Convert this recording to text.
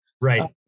Right